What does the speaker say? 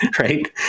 right